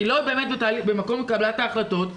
כי היא לא באמת במקום של קבלת ההחלטות,